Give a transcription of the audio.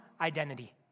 identity